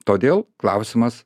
todėl klausimas